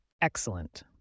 Excellent